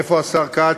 איפה השר כץ?